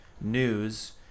news –